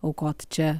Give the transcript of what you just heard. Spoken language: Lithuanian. aukot čia